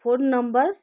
phone number